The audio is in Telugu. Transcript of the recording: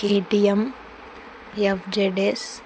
KTM FZS